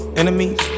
enemies